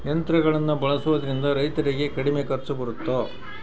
ಯಂತ್ರಗಳನ್ನ ಬಳಸೊದ್ರಿಂದ ರೈತರಿಗೆ ಕಡಿಮೆ ಖರ್ಚು ಬರುತ್ತಾ?